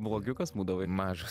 blogiukas būdavai mažas